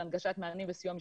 של הנגשת מענים וסיוע משפטי.